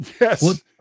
Yes